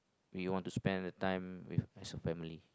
we want to spend the time with our family